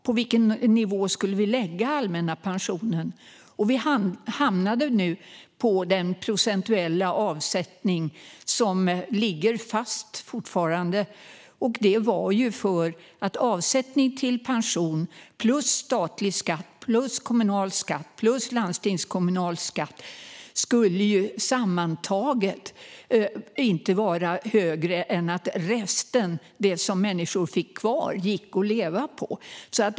På vilken nivå skulle vi lägga den allmänna pensionen? Vi hamnade på den procentuella avsättning som fortfarande ligger fast. Det var för att avsättning till pension plus statlig skatt, plus kommunal skatt och plus landstingskommunal skatt sammantaget inte skulle vara högre än att resten - det som människor fick kvar - gick att leva på.